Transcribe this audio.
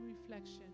reflection